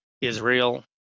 Israel